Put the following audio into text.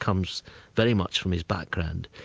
comes very much from his background,